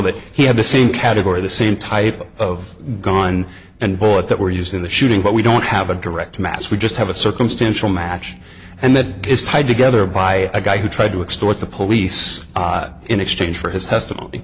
that he had the same category the same type of gun and board that were used in the shooting but we don't have a direct mass we just have a circumstantial match and that is tied together by a guy who tried to extort the police in exchange for his testimony